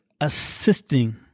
assisting